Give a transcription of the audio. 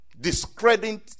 discrediting